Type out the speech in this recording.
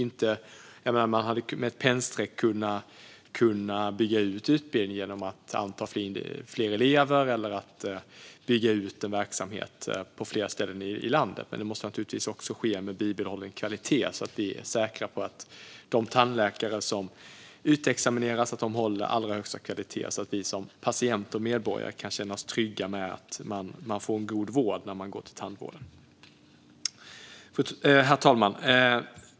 Man hade med ett pennstreck kunnat bygga ut utbildningen genom att anta fler elever eller bygga ut verksamhet på fler ställen i landet, men detta måste ske med bibehållen kvalitet så att vi är säkra på att de tandläkare som utexamineras håller allra högsta kvalitet, så att vi som patienter och medborgare kan känna oss trygga med att vi får en god vård när vi går till tandvården. Herr talman!